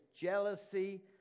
jealousy